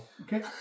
Okay